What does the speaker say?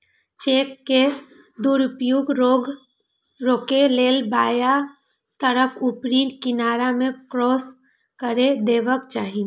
cheque के दुरुपयोग रोकै लेल बायां तरफ ऊपरी किनारा मे क्रास कैर देबाक चाही